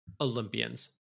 Olympians